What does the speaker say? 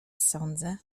sądzę